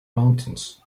mountains